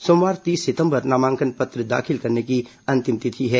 सोमवार तीस सितंबर नामांकन पत्र दाखिल की अंतिम तिथि है